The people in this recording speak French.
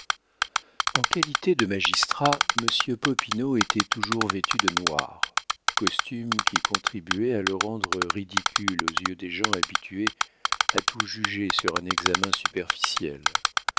en qualité de magistrat monsieur popinot était toujours vêtu de noir costume qui contribuait à le rendre ridicule aux yeux des gens habitués à tout juger sur un examen superficiel